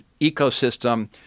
ecosystem